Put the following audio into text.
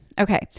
Okay